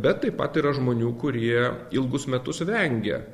bet taip pat yra žmonių kurie ilgus metus vengia